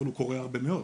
אבל הוא קורה הרבה מאוד,